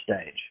stage